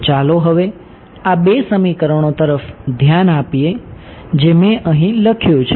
તો ચાલો હવે આ બે સમીકરણો તરફ ધ્યાન આપીએ જે મેં અહીં લખ્યું છે